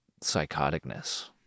psychoticness